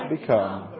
become